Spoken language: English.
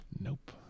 nope